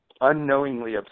unknowingly